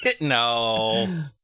No